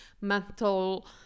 mental